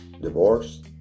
divorce